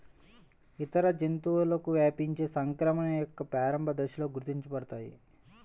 ఇతర జంతువులకు వ్యాపించే సంక్రమణ యొక్క ప్రారంభ దశలలో గుర్తించబడతాయి